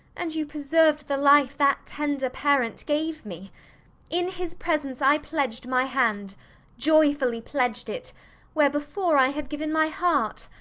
and you preserved the life that tender parent gave me in his presence i pledged my hand joyfully pledged it where before i had given my heart.